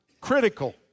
critical